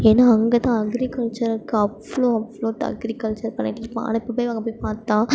ஏன்னா அங்கே தான் அக்ரிகல்ச்சருக்கு அவ்வளோ அவ்வளோ அக்ரிகல்ச்சருக்கு அனுப்பி போய் அங்கே போய் பார்த்தா அங்கே போய் பார்த்தா